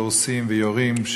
מדורסים ויורים,